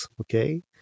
okay